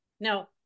Now